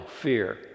fear